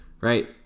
right